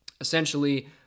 essentially